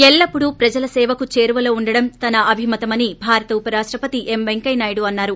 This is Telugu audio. ఎల్లప్పుడూ ప్రజల సేవకు చేరువలో ఉండడం తన అభిమతమని భారత ఉప రాష్టపతి ఎం వెక్య్య నాయుడు అన్నారు